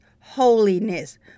holiness